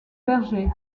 berger